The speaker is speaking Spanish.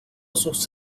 sus